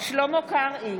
שלמה קרעי,